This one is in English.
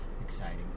Exciting